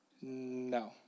No